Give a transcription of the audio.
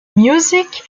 music